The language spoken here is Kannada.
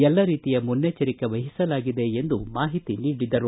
ಎಲ್ಲ ರೀತಿಯ ಮುನ್ನೆಚ್ಚರಿಕೆ ವಹಿಸಲಾಗಿದೆ ಎಂದು ಮಾಹಿತಿ ನೀಡಿದರು